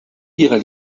ihrer